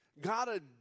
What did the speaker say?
God